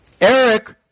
Eric